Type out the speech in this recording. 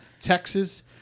Texas